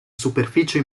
superficie